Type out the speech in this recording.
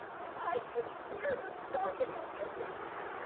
and i could hear the stomping of their boots,